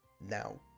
Now